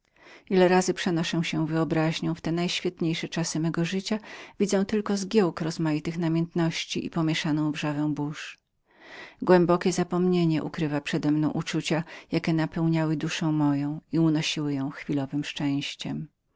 ile razy przenoszę się wyobraźnią w te najświetniejsze czasy mego życia widzę tylko zgiełk rozmaitych namiętności i pomięszaną wrzawę burz głębokie zapomnienie ukrywa przedemną uczucia jakie napełniały moją duszę i unosiły ją chwilowem szczęściem